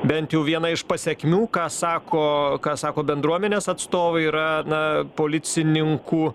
bent jau vieną iš pasekmių ką sako ką sako bendruomenės atstovai yra na policininkų